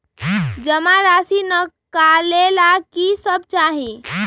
जमा राशि नकालेला कि सब चाहि?